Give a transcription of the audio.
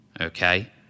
Okay